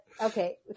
okay